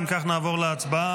אם כך, נעבור להצבעה.